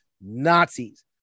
Nazis